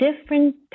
different